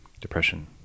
depression